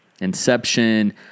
Inception